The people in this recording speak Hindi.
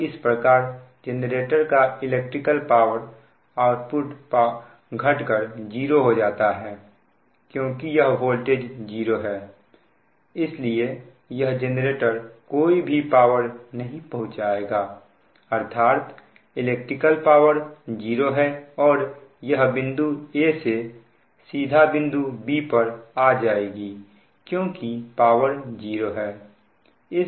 और इस प्रकार जेनरेटर का इलेक्ट्रिकल पावर आउटपुट घट कर 0 हो जाता है क्योंकि यह वोल्टेज 0 है इसलिए यह जेनरेटर कोई भी पावर नहीं पहुंचाएगा अर्थात इलेक्ट्रिकल पावर 0 है और यह बिंदु a से सीधा बिंदु b पर आ जाएगी क्योंकि पावर 0 है